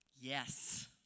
Yes